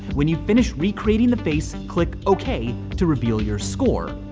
when you finish re-creating the face and click okay to reveal your score.